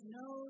no